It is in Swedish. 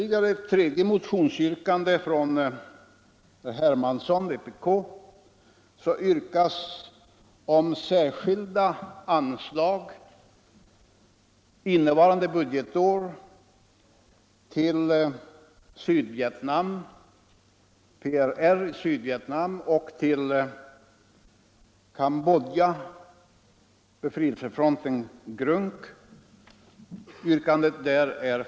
I en motion av herr Hermansson m.fl. från vpk yrkas särskilda anslag på 100 milj.kr. innevarande budgetår till PRR i Sydvietnam och på 50 milj.kr. till befrielsefronten GRUNK i Cambodja.